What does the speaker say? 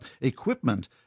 equipment